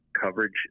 coverage